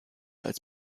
als